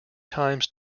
times